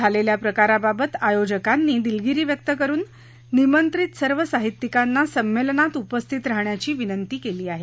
झालेल्या प्रकारबाबत आयोजकांनी दिलगिरी व्यक्त करून निमंत्रित सर्व साहित्यिकांना संमेलनात उपस्थित राहण्याची विनंती केली आहे